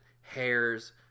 hairs